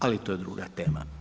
Ali to je druga tema.